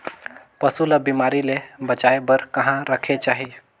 पशु ला बिमारी ले बचाय बार कहा रखे चाही?